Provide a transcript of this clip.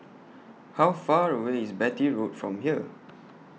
How Far away IS Beatty Road from here